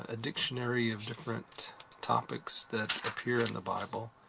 ah dictionary of different topics that appear in the bible.